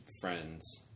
friends